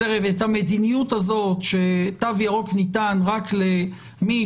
את המדיניות הזאת שתו ירוק ניתן רק למי